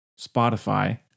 Spotify